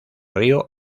río